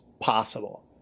possible